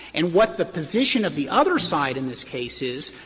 and what the position of the other side in this case is,